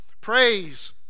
praise